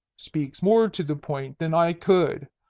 speaks more to the point than i could.